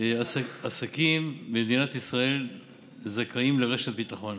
עסקים במדינת ישראל זכאים לרשת ביטחון.